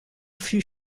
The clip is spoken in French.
fut